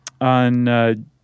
on